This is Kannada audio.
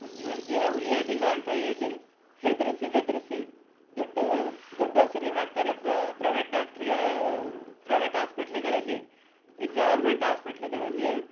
ನಿಮ್ಮ ಜೀವ ಉಳಿಯೋದಿಲ್ಲ ಅಂತ ಹೇಳಿ ಹೆದರಿಸಿ ಬೆದರಿಸಿ ದುಡ್ಡು ದುಡ್ಡು ವಸೂಲಿ ಮಾಡ್ತಾರೆ ಪ್ರೈವೇಟ್ ಡಾಕ್ಟ್ರು ಪ್ರೈವೇಟ್ ಹಾಸ್ಪಿಟ್ಲುಗಳಲ್ಲಿ ಈ ಗೌರ್ಮೆಂಟ್ ಹಾಸ್ಪಿಟ್ಲುಗಳಲ್ಲಿ